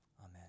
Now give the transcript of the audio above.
Amen